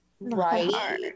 Right